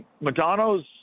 Madonna's